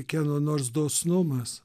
kieno nors dosnumas